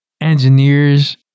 engineers